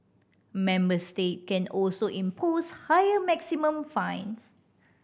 member states can also impose higher maximum fines